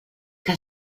que